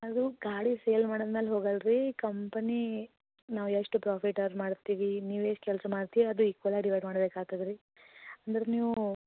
ಅದು ಗಾಡಿ ಸೇಲ್ ಮಾಡದು ಮೇಲೆ ಹೋಗಲ್ಲ ರೀ ಕಂಪನಿ ನಾವು ಎಷ್ಟು ಪ್ರಾಫಿಟ್ ಅರ್ನ್ ಮಾಡ್ತೀವಿ ನೀವು ಎಷ್ಟು ಕೆಲಸ ಮಾಡ್ತಿ ಅದು ಈಕ್ವಲ್ ಆಗಿ ಡಿವೈಡ್ ಮಾಡ್ಬೇಕು ಆತದೆ ರೀ ಅಂದ್ರೆ ನೀವು